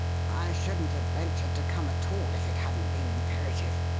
i shouldn't have ventured to come at all if it hadn't been imperative.